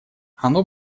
оно